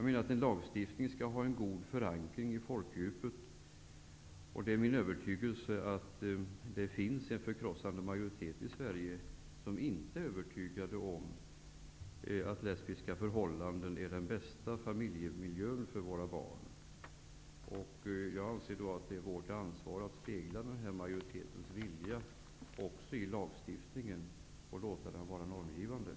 En lagstiftning skall ha en god förankring i folkdjupet. Det är min övertygelse att det finns en förkrossande majoritet i Sverige, som inte är övertygad om att lesbiska förhållanden är den bästa familjemiljön för våra barn. Jag anser att det är vårt ansvar att spegla majoritetens vilja och låta den vara normgivande också i lagstiftningen.